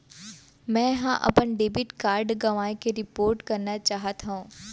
मै हा अपन डेबिट कार्ड गवाएं के रिपोर्ट करना चाहत हव